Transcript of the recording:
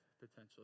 potentially